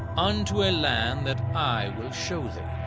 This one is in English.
unto a land that i will show thee.